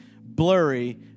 blurry